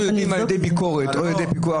אם אנחנו יודעים על ידי ביקורת או על ידי פיקוח